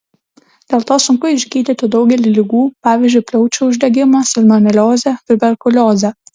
dėl to sunku išgydyti daugelį ligų pavyzdžiui plaučių uždegimą salmoneliozę tuberkuliozę